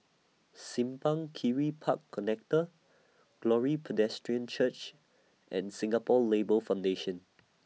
Simpang Kiri Park Connector Glory Presbyterian Church and Singapore Labour Foundation